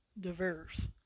diverse